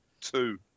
Two